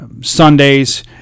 Sundays